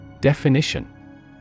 Definition